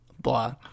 blah